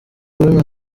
women